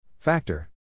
Factor